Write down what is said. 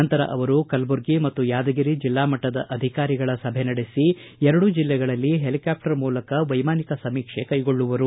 ನಂತರ ಅವರು ಕಲಬುರ್ಗಿ ಮತ್ತು ಯಾದಗಿರಿ ಜಿಲ್ಲಾಮಟ್ಟದ ಅಧಿಕಾರಿಗಳ ಸಭೆ ನಡೆಸಿ ಎರಡೂ ಜಿಲ್ಲೆಗಳಲ್ಲೂ ಹೆಲಿಕ್ಕಾಪ್ಟರ್ ಮೂಲಕ ವೈಮಾನಿಕ ಸಮೀಕ್ಷೆ ಕೈಗೊಳ್ಳುವರು